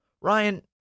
Ryan